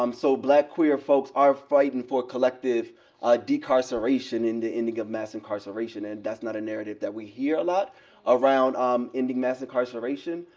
um so black queer folks are fighting for collective decarceration in the ending of mass incarceration. and that's not a narrative that we hear a lot around um ending mass incarceration,